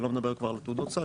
אני לא מדבר כבר על תעודות סל,